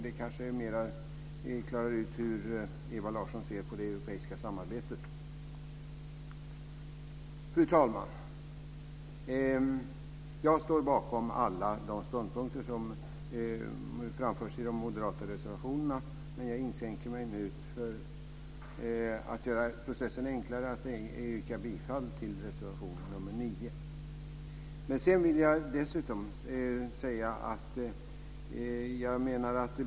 Detta kanske mer klarar ut hur Ewa Larsson ser på det europeiska samarbetet. Fru talman! Jag står bakom alla de ståndpunkter som framförs i de moderata reservationerna. För att göra processen enklare inskränker jag mig dock till att yrka bifall till reservation nr 9.